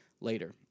later